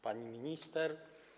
Pani Minister!